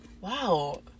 Wow